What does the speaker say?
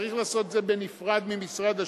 צריך לעשות את זה בנפרד ממשרד השיכון.